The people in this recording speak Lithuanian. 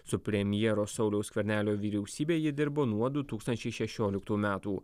su premjero sauliaus skvernelio vyriausybėje dirbo nuo du tūkstančiai šešioliktų metų